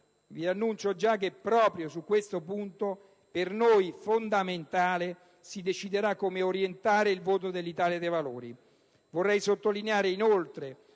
preannuncio che proprio su questo punto, per noi fondamentale, si deciderà come orientare il voto dell'Italia dei Valori. Vorrei sottolineare inoltre